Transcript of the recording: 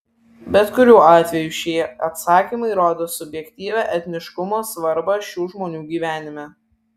bet kuriuo atveju šie atsakymai rodo subjektyvią etniškumo svarbą šių žmonių gyvenime